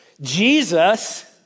Jesus